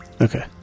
Okay